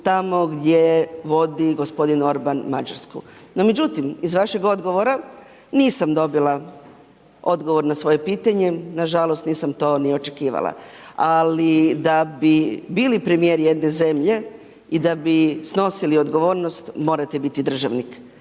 tamo gdje vodi gospodin Orban Mađarsku. No međutim, iz vašeg odgovora, nisam dobila odgovor na svoje pitanje, na žalost nisam to ni očekivala. Da bi bili premijer jedne zemlje i da bi snosili odgovornost, morate biti državnik.